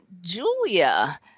Julia